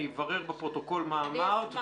אני אברר בפרוטוקול מה אמרת --- אני אשמח.